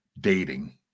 Dating